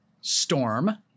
storm